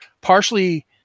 partially